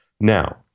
Now